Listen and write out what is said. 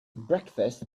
breakfast